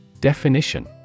Definition